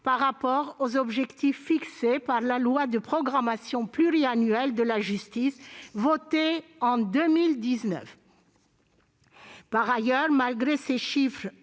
par rapport aux objectifs fixés par la loi de programmation 2018-2022 et de réforme pour la justice votée en 2019. Par ailleurs, malgré ces chiffres